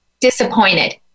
disappointed